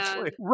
right